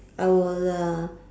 I will uh